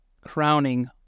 crowning